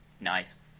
nice